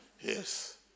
Yes